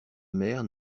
mère